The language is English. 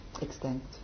extinct